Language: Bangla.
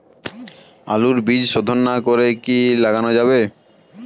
আলুর বীজ শোধন না করে কি লাগানো যাবে?